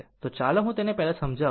હવે ચાલો હું તેને પહેલા સમજાવું